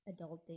adulting